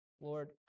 Lord